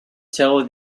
tell